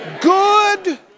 good